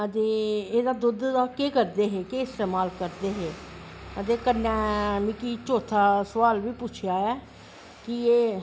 एदे एह्दे दुध्द दा केह् करदे हे केह् इस्तेमाल करदे हे ते कन्नैं मिगी चौत्था सोआल बी पुच्छेआ ऐ कि एह्